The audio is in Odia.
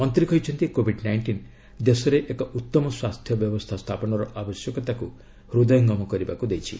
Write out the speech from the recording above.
ମନ୍ତ୍ରୀ କହିଛନ୍ତି କୋବିଡ୍ ନାଇଷ୍ଟିନ୍' ଦେଶରେ ଏକ ଉତ୍ତମ ସ୍ୱାସ୍ଥ୍ୟ ବ୍ୟବସ୍ଥା ସ୍ଥାପନର ଆବଶ୍ୟକତାକୁ ହୃଦୟଙ୍ଗମ କରିବାକୁ ଦେଇଛି